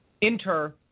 inter-